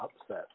upset